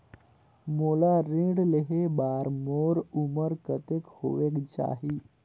मोला ऋण लेहे बार मोर उमर कतेक होवेक चाही?